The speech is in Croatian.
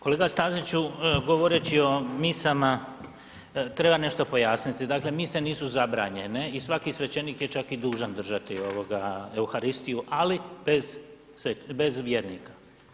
Kolega Staziću govoreći o misama treba nešto pojasniti, dakle mise nisu zabranjene i svaki svećenik je čak i dužan držati euharistiju, ali bez vjernika.